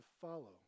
follow